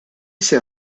issa